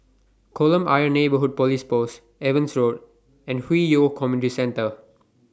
Kolam Ayer Neighbourhood Police Post Evans Road and Hwi Yoh Community Centre